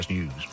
News